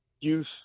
youth